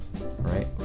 right